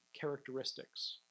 characteristics